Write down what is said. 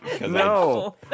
No